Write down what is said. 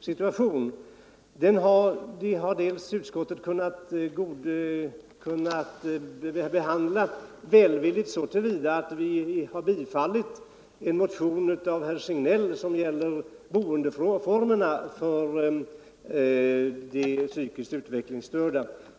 situation har utskottet delvis kunnat behandla välvilligt så till vida att vi har bifallit en motion av herr Signell som gäller boendeformerna för de psykiskt utvecklingsstörda.